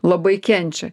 labai kenčia